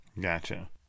Gotcha